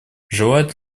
желает